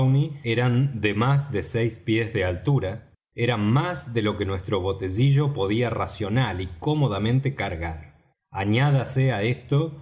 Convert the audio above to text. eran de más de seis pies de altura era más de lo que nuestro botecillo podía racional y cómodamente cargar añádase á esto